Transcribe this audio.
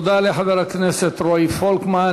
תודה לחבר הכנסת רועי פולקמן.